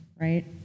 right